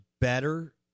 better